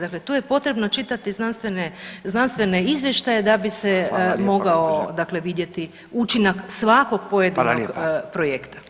Dakle, tu je potrebno čitati znanstvene izvještaje da bi se mogao vidjeti učinak svakog pojedinog projekta.